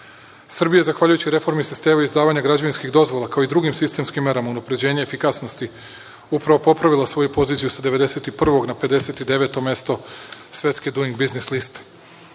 je zahvaljujući reformi sistema izdavanja građevinskih dozvola, kao i drugim sistemskim merama unapređenja efikasnosti upravo popravila svoju poziciju sa 91. na 59. mesto Svetske duing biznis liste.